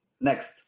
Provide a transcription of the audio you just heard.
next